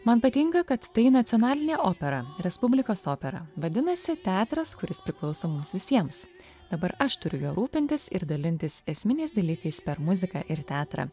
man patinka kad tai nacionalinė opera respublikos opera vadinasi teatras kuris priklauso mums visiems dabar aš turiu rūpintis ir dalintis esminiais dalykais per muziką ir teatrą